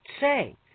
say